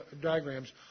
diagrams